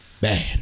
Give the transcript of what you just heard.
Bad